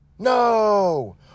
No